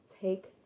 take